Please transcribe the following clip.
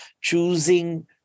choosing